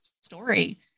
story